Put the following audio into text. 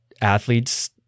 athletes